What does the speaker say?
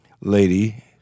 lady